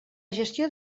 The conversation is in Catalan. gestió